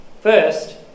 First